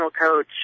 coach